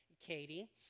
Katie